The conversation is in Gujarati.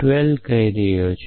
१२ કહી રહ્યો છું